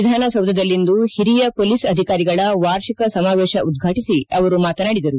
ವಿಧಾನಸೌಧದಲ್ಲಿಂದು ಒರಿಯ ಮೊಲೀಸ್ ಅಧಿಕಾರಿಗಳ ವಾರ್ಷಿಕ ಸಮಾವೇಶ ಉದ್ಘಾಟಿಸಿ ಅವರು ಮಾತನಾಡಿದರು